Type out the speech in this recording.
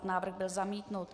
Návrh byl zamítnut.